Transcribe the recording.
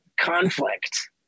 conflict